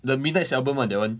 the midnight's album [one] that [one]